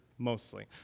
Mostly